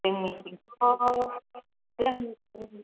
जोंनिथिंथ' जोंनि